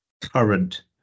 current